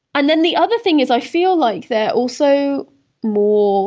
and then, the other thing is i feel like they're also more